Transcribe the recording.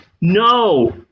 No